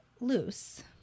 loose